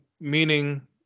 meaning